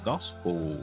Gospel